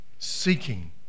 seeking